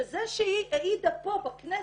שזה שהיא העידה פה בכנסת,